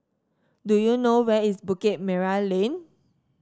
do you know where is Bukit Merah Lane